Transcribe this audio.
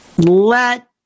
Let